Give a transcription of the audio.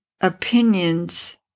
opinions